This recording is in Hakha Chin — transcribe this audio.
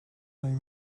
lai